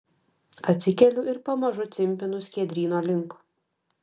atsikeliu ir pamažu cimpinu skiedryno link